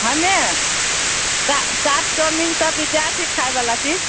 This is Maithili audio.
हमे चा चाट चाव मीन सब बिद्यार्थीके खाय बला चीज